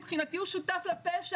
מבחינתי הוא שותף לפשע,